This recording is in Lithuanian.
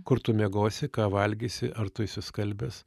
kur tu miegosi ką valgysi ar tu išsiskalbęs